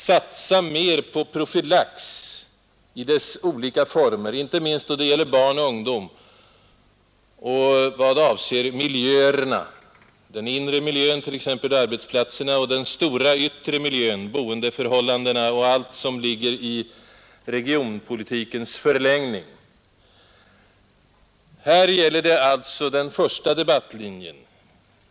Satsa mera på profylax i dess olika former, inte minst då det gäller barn och ungdom och vad avser miljöerna, den inre miljön, t.ex., arbetsplatserna, och den stora, yttre miljön, boendeförhållandena och allt övrigt som ligger i regionalpolitikens förlängning. Här gäller det alltså den första debattlinjen.